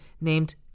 named